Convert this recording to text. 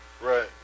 Right